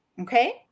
okay